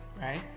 right